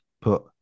put